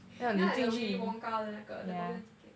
you know like the willy wonka 的那个 the golden ticket